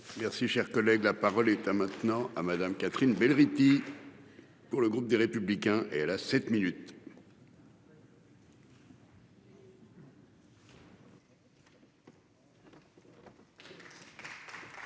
Merci, cher collègue, la parole est à maintenant à Madame Catherine Bell Rithy. Pour le groupe des Républicains et elle a 7 minutes.